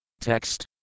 Text